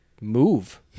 move